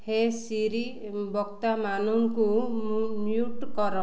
ହେ Siri ବକ୍ତାମାନଙ୍କୁ mute କର